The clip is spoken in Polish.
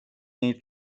niej